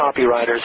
copywriters